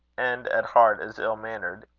and at heart as ill-mannered,